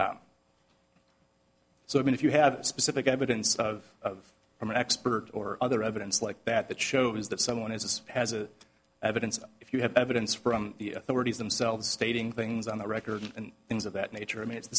so i mean if you have specific evidence of i'm an expert or other evidence like that that shows that someone is has a evidence if you have evidence from the authorities themselves stating things on the record and things of that nature i mean it's the